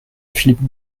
philippe